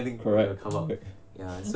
correct correct